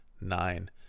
nine